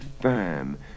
firm